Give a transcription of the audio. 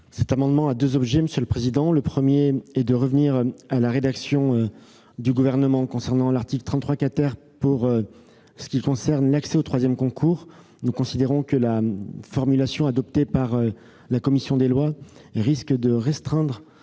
Cet amendement a deux objets. Le premier est de revenir à la rédaction gouvernementale de l'article 33 pour ce qui concerne l'accès au troisième concours. Nous considérons que la formulation adoptée par la commission des lois risque de restreindre